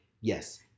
yes